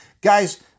Guys